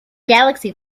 galaxy